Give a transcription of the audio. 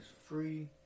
free